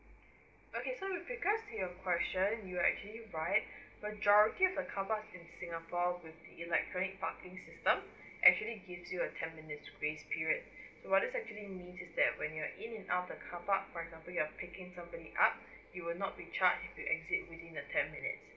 okay so with regards to your question you are actually right majority of the car park in singapore will be like parking system actually give you a ten minutes grace period so what is actually mean is that when you in and out the car park for example you're picking somebody up you will not be charged if you exit within the ten minutes